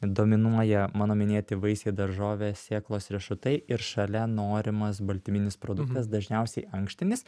dominuoja mano minėti vaisiai daržovės sėklos riešutai ir šalia norimas baltyminis produktas dažniausiai ankštinis